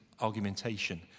argumentation